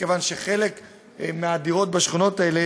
חלק מהדירות בשכונות האלה